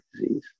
disease